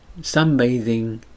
sunbathing